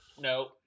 no